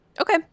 Okay